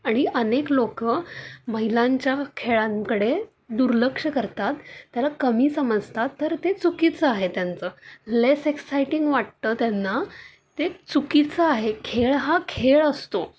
आणि अनेक लोक महिलांच्या खेळांकडे दुर्लक्ष करतात त्याला कमी समजतात तर ते चुकीचं आहे त्यांचं लेस एक्साइटिंग वाटतं त्यांना ते चुकीचं आहे खेळ हा खेळ असतो